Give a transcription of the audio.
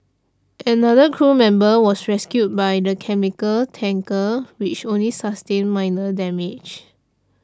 another crew member was rescued by the chemical tanker which only sustained minor damage